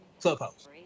Clubhouse